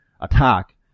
attack